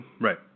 Right